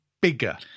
bigger